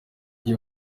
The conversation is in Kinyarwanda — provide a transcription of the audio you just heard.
gihe